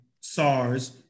sars